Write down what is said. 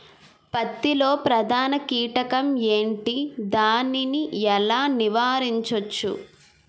పత్తి లో ప్రధాన కీటకం ఎంటి? దాని ఎలా నీవారించచ్చు?